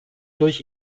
durch